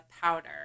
powder